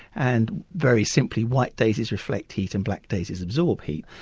and very simply white daisies reflect heat and black daisies absorb heat.